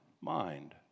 mind